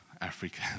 Africa